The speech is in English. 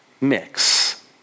mix